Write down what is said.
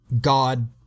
God